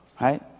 right